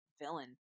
villain